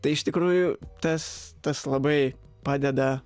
tai iš tikrųjų tas tas labai padeda